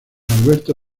alberto